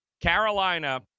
Carolina –